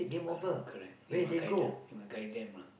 co~ correct you must guide them you must guide them lah